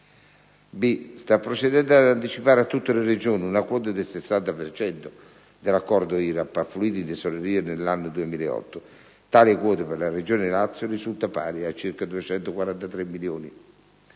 b) sta procedendo ad anticipare a tutte le Regioni una quota del 60 per cento dell'acconto IRAP (affluito in tesoreria nell'anno 2008). Tale quota per la regione Lazio risulta pari a circa 243 milioni